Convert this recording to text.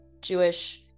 Jewish